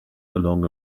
along